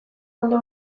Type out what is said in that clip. ondo